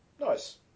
Nice